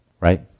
right